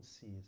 sees